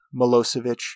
Milosevic